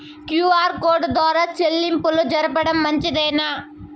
QR code ద్వారా చెల్లింపులు జరపడం మంచిదేనా?